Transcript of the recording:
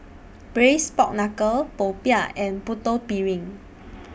Braised Pork Knuckle Popiah and Putu Piring